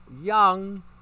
young